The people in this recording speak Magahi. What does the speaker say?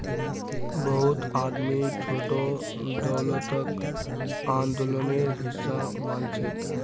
बहुत आदमी छोटो दौलतक आंदोलनेर हिसा मानछेक